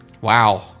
Wow